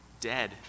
dead